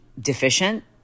deficient